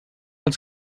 als